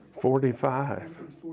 Forty-five